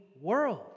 world